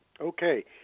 Okay